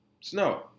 Snow